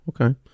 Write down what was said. okay